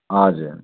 हजुर